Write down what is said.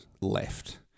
left